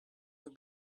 will